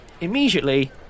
immediately